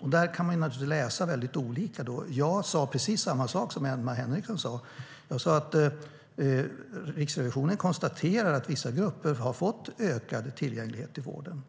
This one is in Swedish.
men man kan naturligtvis läsa dem väldigt olika. Jag sa precis samma sak som Emma Henriksson: att Riksrevisionen konstaterar att vissa grupper har fått ökad tillgänglighet i vården.